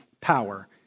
power